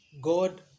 God